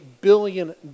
billion